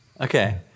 Okay